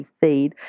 feed